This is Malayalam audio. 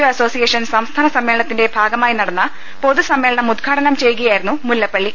ഒ അസോസിയേഷൻ സംസ്ഥാന സമ്മേളനത്തിന്റെ ഭാഗമായി നടന്ന പൊതുസമ്മേളനം ഉദ്ഘാടനം ചെയ്യുകയായിരുന്നു മുല്ലപ്പള്ളി